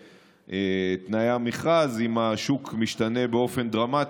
בתנאי המכרז אם השוק משתנה באופן דרמטי,